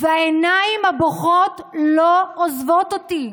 והעיניים הבוכות לא עוזבות אותי.